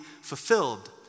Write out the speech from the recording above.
fulfilled